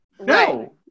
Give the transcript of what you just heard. No